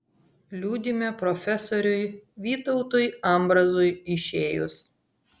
liūdime profesoriui vytautui ambrazui išėjus